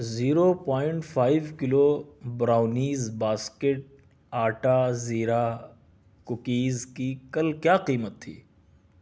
zero point five kilo brownies basket آٹا زیرا cookies کی کل کیا قیمت تھی